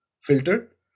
filter